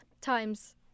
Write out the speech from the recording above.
times